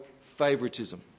favoritism